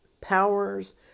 powers